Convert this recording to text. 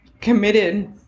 committed